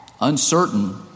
uncertain